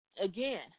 Again